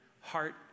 heart